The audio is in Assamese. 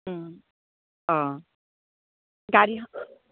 ও অ গাড়ী